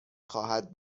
خواهد